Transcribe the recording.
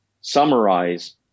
Summarize